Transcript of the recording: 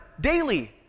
daily